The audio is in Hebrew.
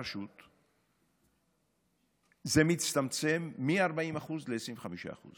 זה מצטמצם מ-40% ל-25%.